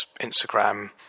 Instagram